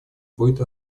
будет